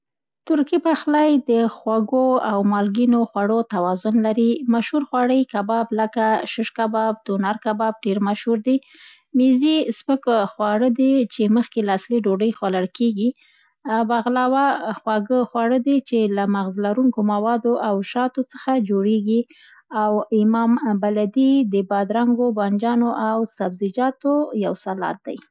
ترکي پخلی د خواږه او مالګینو خوړو توازن لري. مشهور خواړه یې کباب لکه: شش کباب، دونر کباب ډېر مشهور دي. مېزې سپک خوراک دی چي مخکې له اصلي ډوډۍ خوړل کېږي. بغلوا خواږه خواړه دي چي له مغز لرونکو موادو او شاتو څخه جوړېږي او ایمام بایلدی د بادرنګو، بانجانو او سبزیجاتو یو سلاد دی.